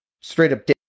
straight-up